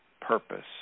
purpose